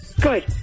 Good